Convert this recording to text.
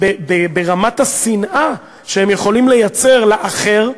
ברמת השנאה שהם יכולים לייצר לאחר,